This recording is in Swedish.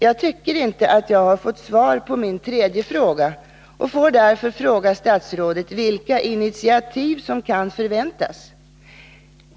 Jag tycker inte att jag har fått svar på min tredje fråga och vill därför be statsrådet ange vilka initiativ som kan förväntas.